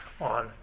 on